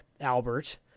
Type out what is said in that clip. Albert